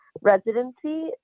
residency